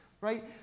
right